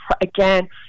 again